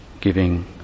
giving